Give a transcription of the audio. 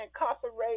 incarcerated